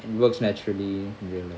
works naturally